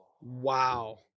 Wow